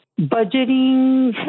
budgeting